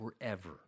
forever